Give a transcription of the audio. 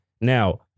Now